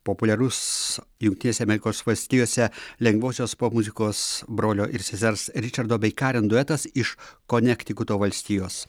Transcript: populiarus jungtinėse amerikos valstijose lengvosios popmuzikos brolio ir sesers ričardo bei karen duetas iš konektikuto valstijos